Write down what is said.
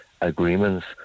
agreements